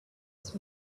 ask